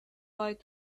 light